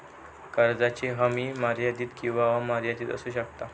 कर्जाची हमी मर्यादित किंवा अमर्यादित असू शकता